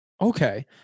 Okay